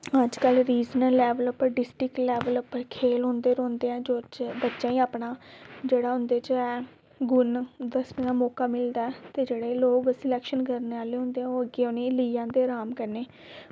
अजकल्ल regional level पर district level पर खेल होंदे रौहंदे जेह्ड़े बच्चे अपने पर जेह्ड़ा उंदे च ऐ गुण दस्सने दा मौका मिलदा ऐ ते उत्थें जेह्ड़े सलेक्शन आह्ले लोग न ओह् उ'नेंगी आइयै लेई जंदे न कन्नै